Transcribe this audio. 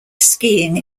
skiing